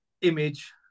image